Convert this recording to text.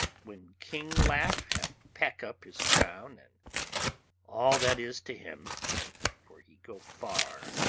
when king laugh have pack up his crown, and all that is to him for he go far,